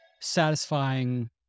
satisfying